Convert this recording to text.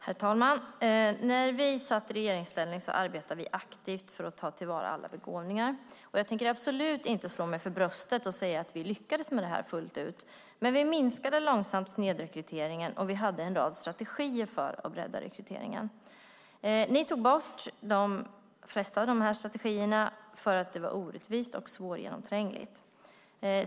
Herr talman! När vi satt i regeringsställning arbetade vi aktivt för att ta till vara all begåvning. Jag tänker inte slå mig för bröstet och säga att vi lyckades med detta fullt ut, men vi minskade långsamt snedrekryteringen, och vi hade en rad strategier för att bredda rekryteringen. Ni tog bort de flesta av dem för att ni menade att de var orättvisa och svårgenomträngliga.